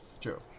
true